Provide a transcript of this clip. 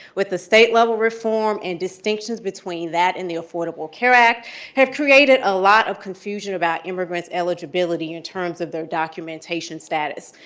with the state level reform and distinctions between that and the affordable care act have created a lot of confusion about immigrants' eligibility in terms of their documentation status.